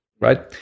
right